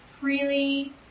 freely